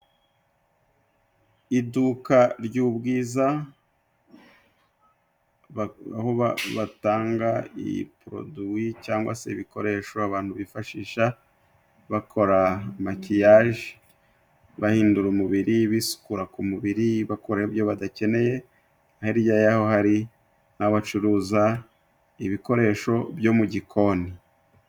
Iduka ry'ubwiza aho batanga iyi poroduwi cyangwa se ibikoresho abantu bifashisha bakora makiyaje bahindura umubiri, bisukura ku mubiri, bikuraho ibyo badakeneye hirya yaho hari aho bacuruza ibikoresho byo mu gikoni.